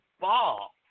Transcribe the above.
ball